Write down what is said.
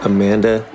Amanda